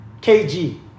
KG